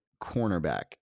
cornerback